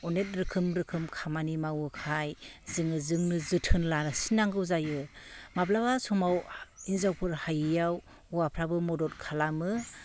अनेख रोखोम रोखोम खामानि मावोखाय जोङो जोंनो जोथोन लासिननांगौ जायो माब्ला समाव हिन्जावफोर हायैयाव हौवाफ्राबो मदद खालामो